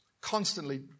Constantly